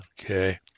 Okay